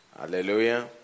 Hallelujah